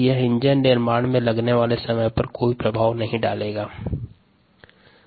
यह इंजन के निर्माण में लगने वाले समय पर कोई प्रभाव नहीं पड़ता है